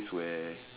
it's where